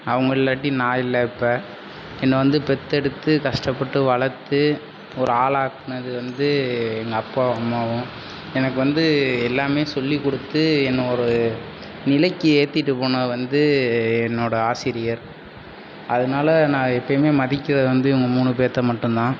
அவங்க இல்லாட்டி நான் இல்லை இப்போ என்னை வந்து பெற்றெடுத்து கஷ்டப்பட்டு வளர்த்து ஒரு ஆளாக்கினது வந்து எங்கள் அப்பா அம்மாவும் எனக்கு வந்து எல்லாமே சொல்லிக் கொடுத்து என்னை ஒரு நிலைக்கு ஏற்றிட்டு போனது வந்து என்னோடய ஆசிரியர் அதனால நான் எப்போயுமே மதிக்கிறது வந்து இவங்க மூணு பேத்த மட்டும் தான்